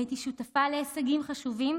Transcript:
הייתי שותפה להישגים חשובים,